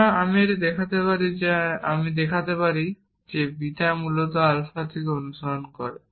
সুতরাং যদি আমি এটি দেখাতে পারি যে বিটা মূলত আলফা থেকে অনুসরণ করে